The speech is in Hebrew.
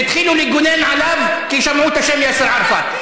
והתחילו לגונן עליו כי שמעו את השם יאסר ערפאת.